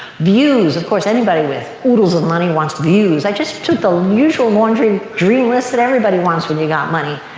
views. of course, anybody with oodles of money wants views. i just took the usual laundry dream list that everybody wants when you got money.